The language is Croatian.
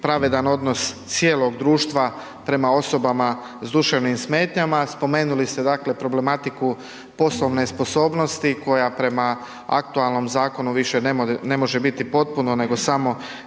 pravedan odnos cijelog društva prema osobama sa duševnim smetnjama. Spomenuli ste dakle problematiku poslovne sposobnosti koja prema aktualnom zakonu više ne može biti potpuno nego samo